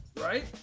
right